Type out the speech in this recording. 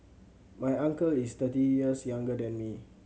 my uncle is thirty years younger than me